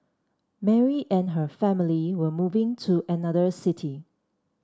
Mary and her family were moving to another city